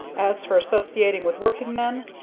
as for associating with working-men,